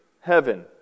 heaven